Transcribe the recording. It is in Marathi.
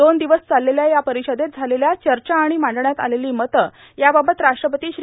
दोन दिवस चाललेल्या या परिषदेत झालेल्या चर्चा आणि मांडण्यात आलेली मतं याबाबत राष्ट्रपती श्री